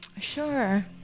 Sure